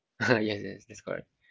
yes yes that's correct